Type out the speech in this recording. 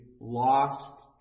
lost